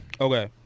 Okay